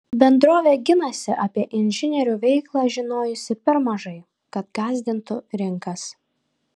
bendrovė ginasi apie inžinierių veiklą žinojusi per mažai kad gąsdintų rinkas